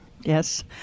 yes